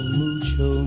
mucho